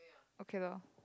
okay lor